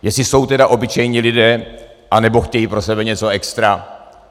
Jestli jsou teda obyčejní lidé, anebo chtějí pro sebe něco extra.